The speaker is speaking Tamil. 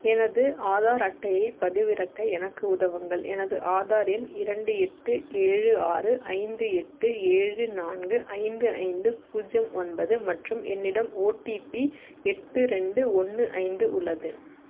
எனது ஆதார் அட்டையைப் பதிவிறக்க எனக்கு உதவுங்கள் எனது ஆதார் எண் இரண்டு எட்டு ஏழு ஆறு ஐந்து எட்டு ஏழு நான்கு ஐந்து ஐந்து பூஜ்ஜியம் ஒன்பது மற்றும் என்னிடம் ஓடிபி எட்டு ரெண்டு ஒன்று ஐந்து உள்ளது